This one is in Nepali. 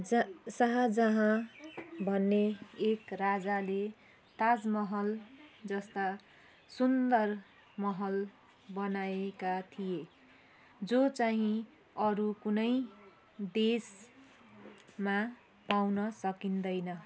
जा शाहजहाँ भन्ने एक राजाले ताजमहल जस्ता सुन्दर महल बनाएका थिए जो चाहिँ अरू कुनै देशमा पाउन सकिँदैन